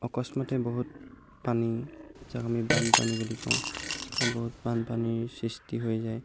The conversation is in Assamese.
অকস্মাতে বহুত পানী যাক আমি বানপানী বুলি কওঁ বহুত বানপানীৰ সৃষ্টি হৈ যায়